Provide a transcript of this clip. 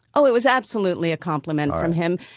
oh, it was absolutely a compliment from him.